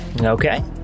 Okay